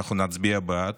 נצביע בעד.